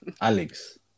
Alex